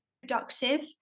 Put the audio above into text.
productive